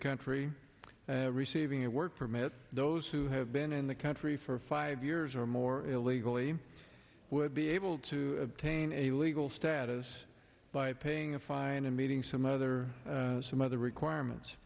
country receiving a work permit those who have been in the country for five years or more illegally we would be able to obtain a legal status by paying a fine and meeting some other some other requirements